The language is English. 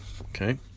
okay